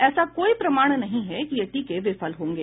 ऐसा कोई प्रमाण नहीं है कि यह टीके विफल होंगे